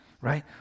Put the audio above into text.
right